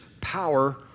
power